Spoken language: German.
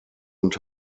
und